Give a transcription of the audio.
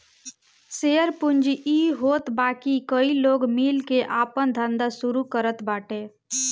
share पूंजी इ होत बाकी कई लोग मिल के आपन धंधा शुरू करत बाटे